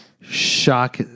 shock